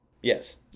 Yes